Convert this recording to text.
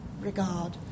regard